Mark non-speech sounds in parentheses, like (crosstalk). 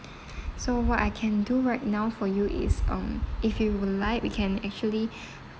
(breath) so what I can do right now for you is um if you would like we can actually (breath)